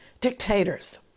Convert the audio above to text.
dictators